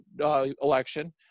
election